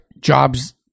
jobs